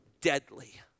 deadly